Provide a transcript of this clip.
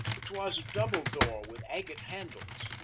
it was a double door with agate handles,